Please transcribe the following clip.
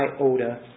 iota